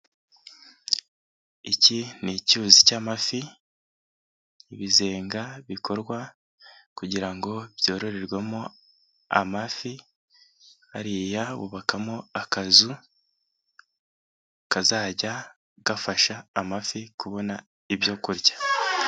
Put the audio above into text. Iki ni icyuzi cy'amafi ibizenga bikorwa kugira ngo byororerwemo amafi, hariya bubakamo akazu kazajya gafasha amafi kubona ibyo kurya.